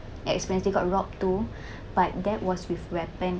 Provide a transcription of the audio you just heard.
experience they got robbed too but that was with weapon